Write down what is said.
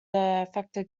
affected